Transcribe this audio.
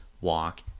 walk